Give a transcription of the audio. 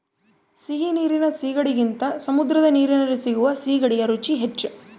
ಸಿಹಿ ನೀರಿನ ಸೀಗಡಿಗಿಂತ ಸಮುದ್ರದ ನೀರಲ್ಲಿ ಸಿಗುವ ಸೀಗಡಿಯ ರುಚಿ ಹೆಚ್ಚು